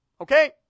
Okay